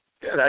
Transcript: Good